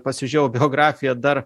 pasižiūrėjau biografiją dar